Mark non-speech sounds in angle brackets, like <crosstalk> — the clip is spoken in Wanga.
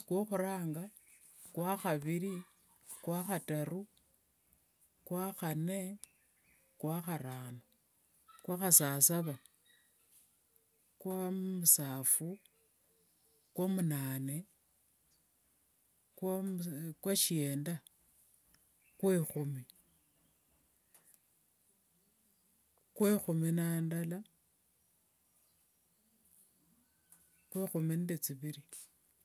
Kwokhuranga, kwakhaviri, kwakhataru, kwakhanne, kwakharano, kwakhasasava <noise> kwa musaphu, kwa munane, kwa <hesitation> shienda, kwekhumi. Kwekhumi na ndala, kwekhumi nde thiviri.